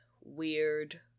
weird